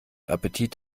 appetit